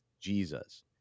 Jesus